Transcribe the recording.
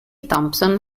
thompson